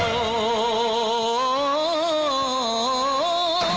o